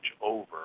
over